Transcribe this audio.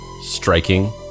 striking